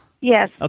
Yes